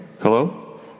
Hello